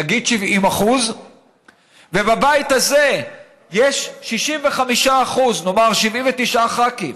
נגיד 70%; ובבית הזה יש 65%, נאמר 79 ח"כים,